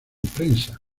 prensa